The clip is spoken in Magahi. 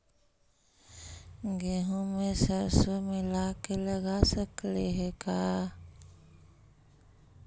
गेहूं मे सरसों मिला के लगा सकली हे का?